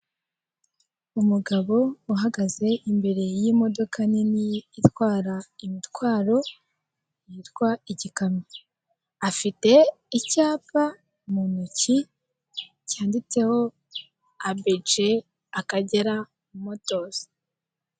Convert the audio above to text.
Umugabo uhagze imbere y'imodoka nini itwara imitwaro yitwa igikamyo afite icyapa mu ntoki cyanditseho abeje akagera motozi.